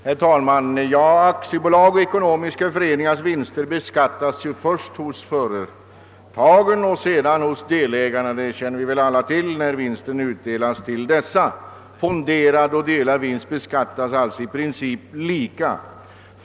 Herr talman! Aktiebolags och ekonomiska föreningars vinster beskattas först hos företagen och sedan hos delägarna — det känner vi alla till — när vinsten utdelas till dessa. Fonderad och delad vinst beskattas alltså i princip lika.